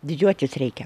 didžiuotis reikia